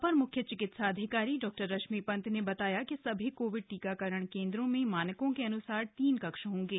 अपर म्ख्य चिकित्साधिकारी डॉ रश्मि पन्त ने बताया कि सभी कोविड टीकाकरण केंद्रों में मानकों के अन्सार तीन कक्ष होंगे